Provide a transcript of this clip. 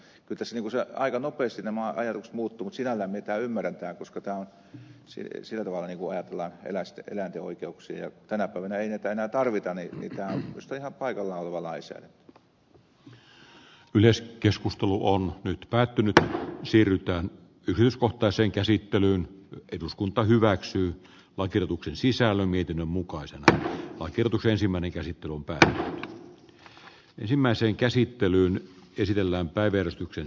kyllä tässä aika nopeasti nämä ajatukset muuttuvat mutta sinällään minä ymmärrän tämän koska tämä on sillä tavalla hyvä kun ajatellaan eläinten oikeuksia ja tänä päivänä ei näitä enää tarvita niin että minusta tämä on nyt päättynyt siirrytään yrityskohtaiseen käsittelyyn eduskunta hyväksyy oikeutuksen sisällä mietinnön mukaisen oikeutus ensimmäinen käsittelumpää hakea ihan paikallaan olevaa lainsäädäntöä